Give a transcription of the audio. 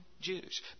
Jews